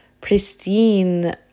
pristine